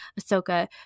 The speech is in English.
Ahsoka